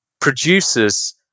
producers